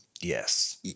Yes